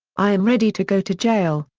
i am ready to go to jail,